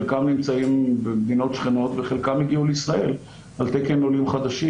חלקם נמצאים במדינות שכנות וחלקם הגיעו לישראל על תקן עולים חדשים.